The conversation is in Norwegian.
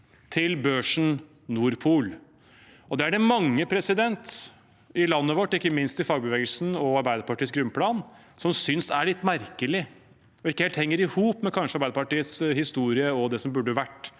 til børsen Nord Pool. Det er det mange i landet vårt, ikke minst i fagbevegelsen og Arbeiderpartiets grunnplan, som synes er litt merkelig og kanskje ikke helt henger i hop med Arbeiderpartiets historie og det som burde vært